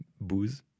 booze